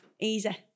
Easy